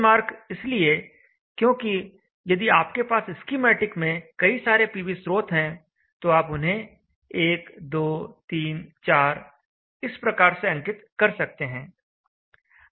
' इसलिए क्योंकि यदि आपके पास स्कीमेटिक में कई सारे पीवी स्रोत हैं तो आप उन्हें 1 2 3 4 इस प्रकार से अंकित कर सकते हैं